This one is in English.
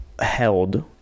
held